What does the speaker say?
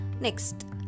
Next